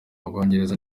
ubwongereza